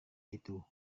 itu